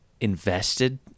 invested